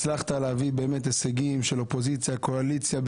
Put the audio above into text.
הצלחת להביא הישגים של אופוזיציה, קואליציה.